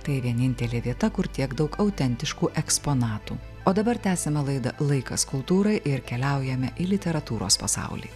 tai vienintelė vieta kur tiek daug autentiškų eksponatų o dabar tęsiame laidą laikas kultūrą ir keliaujame į literatūros pasaulį